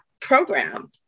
program